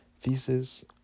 Thesis